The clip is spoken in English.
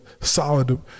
solid